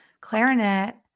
clarinet